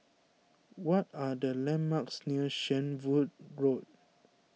what are the landmarks near Shenvood Road